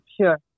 Sure